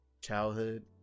childhood